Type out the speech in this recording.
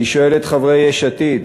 אני שואל את חברי יש עתיד: